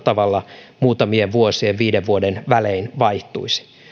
tavalla muutamien vuosien viiden vuoden välein vaihtuisi